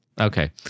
Okay